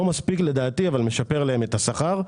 לא מספיק לדעתי אבל משפר להן את השכר,